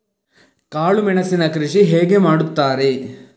ಕಾಳು ಮೆಣಸಿನ ಕೃಷಿ ಹೇಗೆ ಮಾಡುತ್ತಾರೆ?